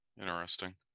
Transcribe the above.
interesting